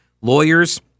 Lawyers